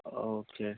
okay